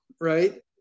right